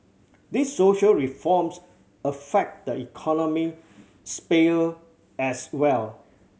these social reforms affect the economic sphere as well